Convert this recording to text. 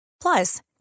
Plus